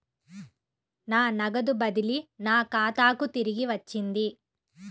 నా నగదు బదిలీ నా ఖాతాకు తిరిగి వచ్చింది